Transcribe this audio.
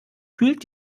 kühlt